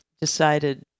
decided